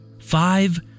five